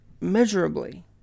measurably